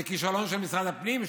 זה כישלון של משרד הפנים?